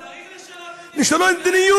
אני מסכים אתך, צריך לשנות מדיניות.